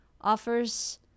offers